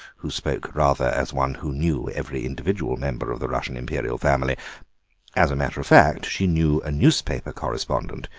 who spoke rather as one who knew every individual member of the russian imperial family as a matter of fact, she knew a newspaper correspondent,